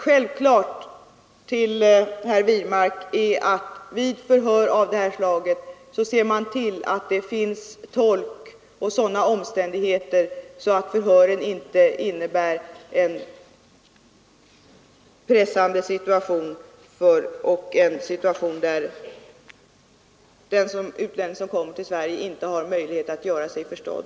Självklart, herr Wirmark, är att vid förhör av det här slaget ser man till att det finns tolk så att den utlänning som kommer till Sverige kan göra sig förstådd och att omständigheterna i övrigt är sådana att förhören inte blir pressande för vederbörande.